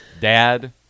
Dad